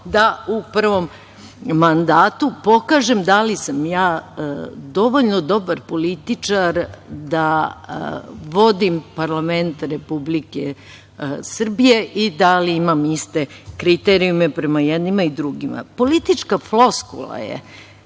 da u prvom mandatu pokažem da li sam ja dovoljno dobar političar da vodim parlament Republike Srbije i da li imam iste kriterijume prema jednima i prema